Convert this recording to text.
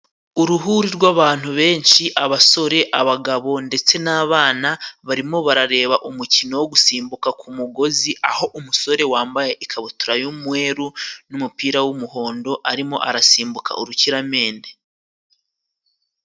Uruhuri rw'abantu benshi abasore abagabo ndetse n'abana barimo barareba umukino wo gusimbuka kumugozi aho umusore wambaye ikabutura y'umweru n'umupira w'umuhondo arimo arasimbuka urukiramende